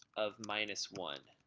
of minus one.